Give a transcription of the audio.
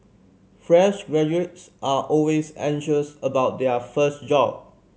fresh graduates are always anxious about their first job